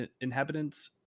inhabitants